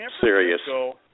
Serious